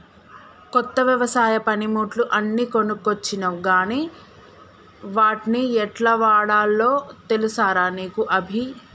కొత్త వ్యవసాయ పనిముట్లు అన్ని కొనుకొచ్చినవ్ గని వాట్ని యెట్లవాడాల్నో తెలుసా రా నీకు అభి